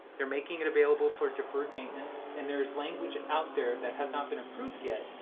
they're making it available for deferred maintenance. and there's language out there that has not been approved yet.